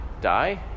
die